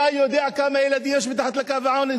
אתה יודע כמה ילדים יש מתחת לקו העוני,